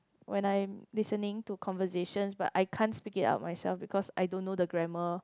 when I'm listening to conversations but I can't speak it up myself because I don't know the grammar